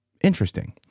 Interesting